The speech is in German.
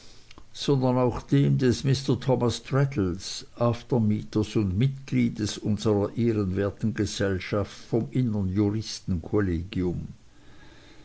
sondern auch aus dem des mr thomas traddles aftermieters und mitgliedes unserer ehrenwerten gesellschaft vom innern juristenkollegium